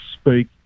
speak